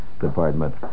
department